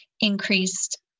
increased